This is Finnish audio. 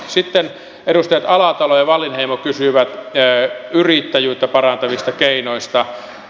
sitten edustajat alatalo ja wallinheimo kysyivät yrittäjyyttä parantavista keinoista